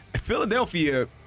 Philadelphia